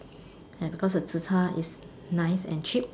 and because the zi char is nice and cheap